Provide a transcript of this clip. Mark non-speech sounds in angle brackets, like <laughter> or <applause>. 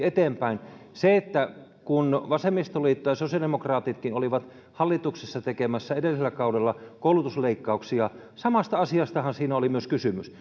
<unintelligible> eteenpäin kun vasemmistoliitto ja sosiaalidemokraatitkin olivat hallituksessa tekemässä edellisellä kaudella koulutusleikkauksia samasta asiastahan siinä oli myös kysymys <unintelligible>